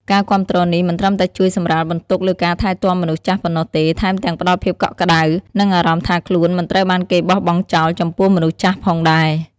ការគាំទ្រនេះមិនត្រឹមតែជួយសម្រាលបន្ទុកលើការថែទាំមនុស្សចាស់ប៉ុណ្ណោះទេ ថែមទាំងផ្តល់ភាពកក់ក្តៅ និងអារម្មណ៍ថាខ្លួនមិនត្រូវបានគេបោះបង់ចោលចំពោះមនុស្សចាស់ផងដែរ។